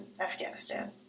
Afghanistan